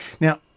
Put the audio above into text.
Now